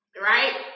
right